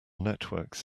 networks